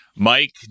Mike